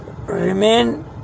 remain